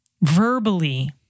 verbally